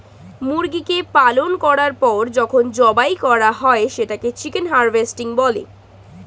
মুরগিকে পালন করার পর যখন জবাই করা হয় সেটাকে চিকেন হারভেস্টিং বলে